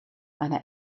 einer